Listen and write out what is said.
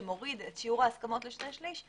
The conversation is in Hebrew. שמוריד את שיעור ההסכמות לשני שליש,